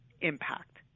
impact